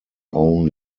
own